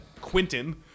Quentin